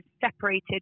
separated